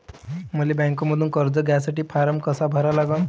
मले बँकेमंधून कर्ज घ्यासाठी फारम कसा भरा लागन?